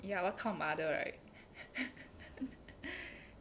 ya what kind of mother right